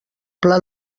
pla